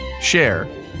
share